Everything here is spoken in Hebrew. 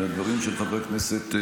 לדברים של חבר הכנסת,